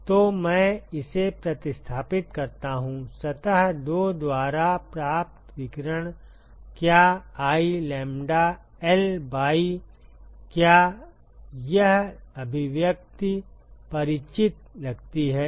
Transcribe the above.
तो मैं इसे प्रतिस्थापित करता हूं सतह 2 द्वारा प्राप्त विकिरण क्या I लैम्ब्डाL by क्या यह अभिव्यक्ति परिचित लगती है